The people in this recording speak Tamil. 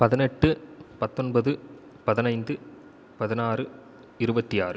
பதினெட்டு பத்தொன்பது பதினைந்து பதினாறு இருபத்தி ஆறு